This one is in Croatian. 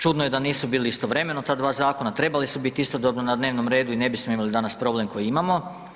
Čudno je da nisu bili istovremeno ta dva zakona, trebali su biti istodobno na dnevnom redu i ne bismo imali danas problem koji imamo.